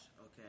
okay